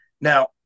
Now